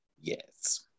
Yes